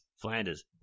Flanders